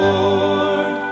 Lord